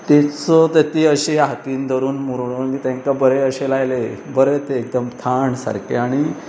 तेचो ते ती अशी हातीन धरून मुरूडून तेंकां बरें अशें लायलें बरें ते एकदम थाण सारकें आनी